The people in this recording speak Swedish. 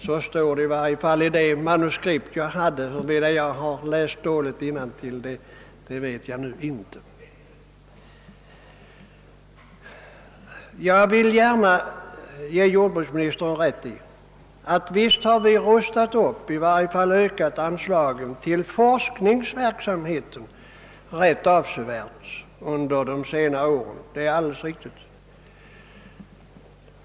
Så står det i varje fall i mitt manuskript; om jag läst dåligt innantill vet jag inte. Jag vill gärna ge jordbruksministern rätt i att vi har ökat anslagen till forsk ningsverksamheten rätt avsevärt under senare år.